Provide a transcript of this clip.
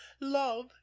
love